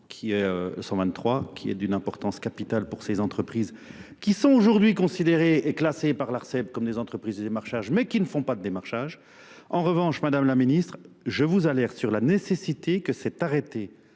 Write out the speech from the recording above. qui est 123, qui est d'une importance capitale pour ces entreprises qui sont aujourd'hui considérées et classées par l'Arceb comme des entreprises de démarchage mais qui ne font pas de démarchage. En revanche Madame la Ministre, je vous alerte sur la nécessité que cet arrêté